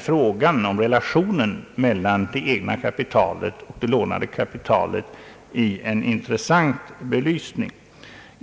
frågan om relationen mellan det egna kapitalet och det lånade kapitalet i en intressant belysning.